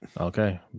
Okay